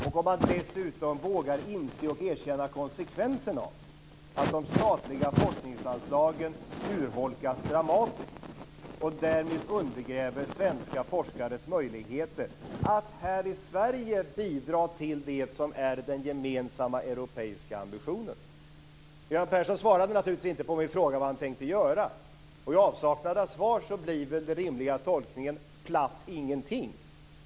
Vågar man dessutom inse och erkänna konsekvensen av att de statliga forskningsanslagen urholkas dramatiskt och därmed undergräver svenska forskares möjligheter att här i Sverige bidra till det som är den gemensamma europeiska ambitionen? Göran Persson svarade naturligtvis inte på min fråga om vad han tänkte göra. I avsaknad av svar blir den rimliga tolkningen: platt ingenting.